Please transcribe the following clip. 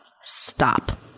Stop